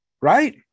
right